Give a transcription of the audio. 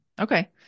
Okay